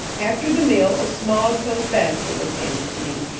after the meal a small closed basket was handed to me,